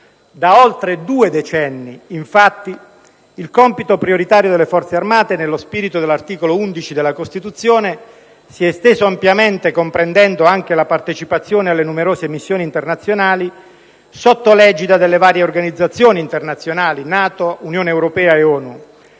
Da oltre due decenni, infatti, il compito prioritario delle Forze armate, nello spirito dell'articolo 11 della Costituzione, si è esteso ampiamente, comprendendo anche la partecipazione alle numerose missioni internazionali sotto l'egida delle varie organizzazioni internazionali (NATO, Unione europea e ONU),